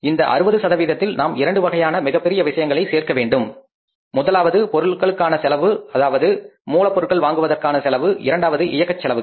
இந்த 60 சதவீதத்தில் நாம் இரண்டு வகையான மிகப்பெரிய விஷயங்களை சேர்க்க வேண்டும் முதலாவது பொருட்களுக்கான செலவு அதாவது மூலப்பொருட்கள் வாங்குவதற்கான செலவு இரண்டாவது இயக்க செலவுகள்